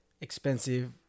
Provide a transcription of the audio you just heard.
expensive